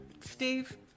Steve